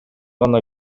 гана